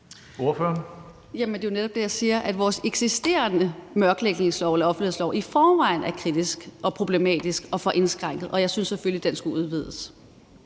Det er jo netop det, jeg siger. Vores eksisterende mørklægningslov, altså offentlighedsloven, er i forvejen kritisk og problematisk at få indskrænket, og jeg synes selvfølgelig, at den skulle udvides.